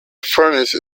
furnace